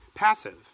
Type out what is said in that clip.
Passive